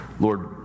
Lord